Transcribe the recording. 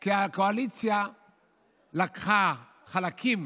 כי הקואליציה לקחה חלקים